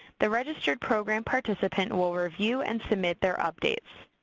the registered program participant will review and submit their updates.